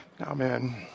Amen